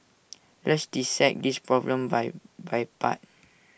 let's dissect this problem by by part